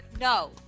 no